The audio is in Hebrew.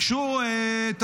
הם ביקשו תשלום,